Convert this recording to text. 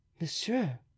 monsieur